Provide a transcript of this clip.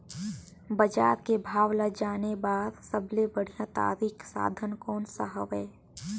बजार के भाव ला जाने बार सबले बढ़िया तारिक साधन कोन सा हवय?